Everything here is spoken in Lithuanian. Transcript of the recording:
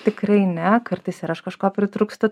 tikrai ne kartais ir aš kažko pritrūkstu